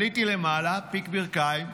עליתי למעלה, פיק ברכיים,